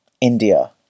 India